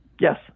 Yes